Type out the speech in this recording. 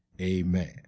Amen